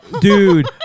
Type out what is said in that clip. Dude